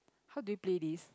how do you play this